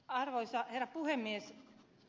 arvoisa herra puhemies